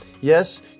Yes